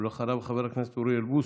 ואחריו, חבר הכנסת אוריאל בוסו,